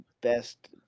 best